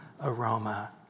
aroma